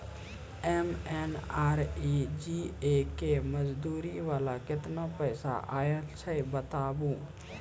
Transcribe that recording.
MNREGA के मज़दूरी वाला केतना पैसा आयल छै बताबू?